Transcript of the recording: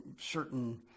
certain